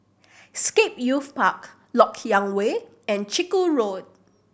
Scape Youth Park Lok Yang Way and Chiku Road